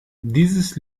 dieses